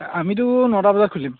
আমিতো নটা বজাত খুলিম